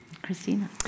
Christina